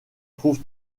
trouve